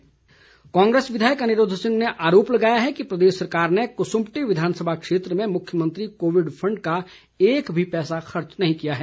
अनिरूद्व सिंह कांग्रेस विधायक अनिरूद्ध सिंह ने आरोप लगाया कि प्रदेश सरकार ने कसुम्पटी विधानसभा क्षेत्र में मुख्यमंत्री कोविड फंड का एक भी पैसा खर्च नहीं किया है